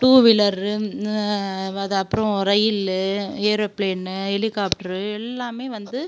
two wheeler அது அப்புறம் ரயிலு ஏரோப்பிளேனு ஹெலிகாப்ட்ரு எல்லாமே வந்து